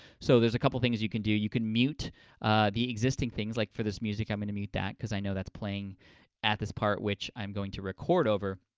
so, there's a couple things you can do. you can mute the existing things, like for this music, i'm going to mute that cause i know that's playing at this part which i'm going to record over.